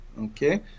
Okay